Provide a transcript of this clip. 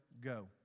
go